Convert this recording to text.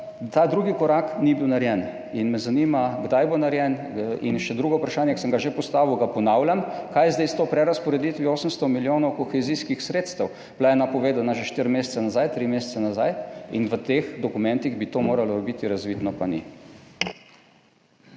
ta drugi korak ni bil narejen in me zanima, kdaj bo narejen. In še drugo vprašanje, ki sem ga že postavil, ga ponavljam. Kaj je zdaj s to prerazporeditvijo 800 milijonov kohezijskih sredstev? Napovedana je bila že štiri mesece nazaj, tri mesece nazaj, in v teh dokumentih bi to moralo biti razvidno, pa ni.